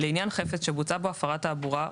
לעניין חפץ שבוצעה בו הפרת תעבורה,